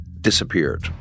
disappeared